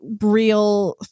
real